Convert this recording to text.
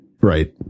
right